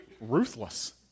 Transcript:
ruthless